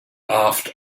aft